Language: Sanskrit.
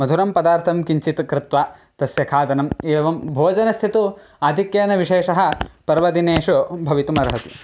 मधुरं पदार्थं किञ्चित् कृत्वा तस्य खादनम् एवं भोजनस्य तु आधिक्येन विशेषः पर्वदिनेषु भवितुम् अर्हति